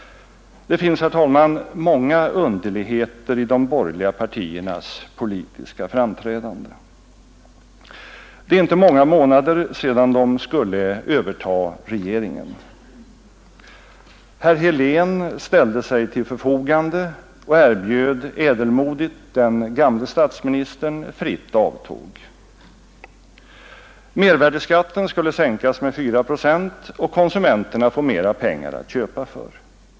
Det finns, herr talman, många underligheter i de borgerliga partiernas politiska framträdande. Det är inte många månader sedan de skulle överta regeringen. Herr Helén ställde sig till förfogande och erbjöd ädelmodigt den gamle statsministern fritt avtåg. Mervärdeskatten skulle sänkas med 4 procent och konsumenterna få mera pengar att köpa för.